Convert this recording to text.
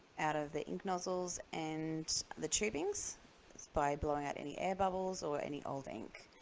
out of the ink nozzles and the tubings just by blowing out any air bubbles or any old ink.